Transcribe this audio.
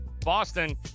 Boston